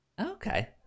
Okay